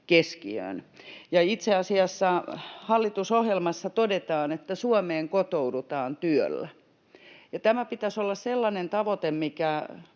keskiöön. Itse asiassa hallitusohjelmassa todetaan, että Suomeen kotoudutaan työllä, ja tämän pitäisi olla sellainen tavoite, mikä